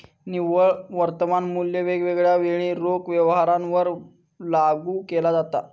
निव्वळ वर्तमान मुल्य वेगवेगळ्या वेळी रोख व्यवहारांवर लागू केला जाता